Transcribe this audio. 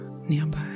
nearby